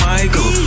Michael